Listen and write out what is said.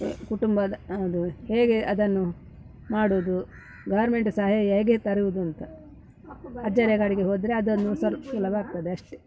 ಕುಟುಂಬದ ಅದು ಹೇಗೆ ಅದನ್ನು ಮಾಡೋದು ಗಾರ್ಮೆಂಟ್ ಸಹಾಯ ಹೇಗೆ ತರುವುದು ಅಂತ ಅಜ್ಜರ ಕಾಡಿಗೆ ಹೋದರೆ ಅದನ್ನು ಸೊಲ್ ಸುಲಭ ಆಗ್ತದೆ ಅಷ್ಟೆ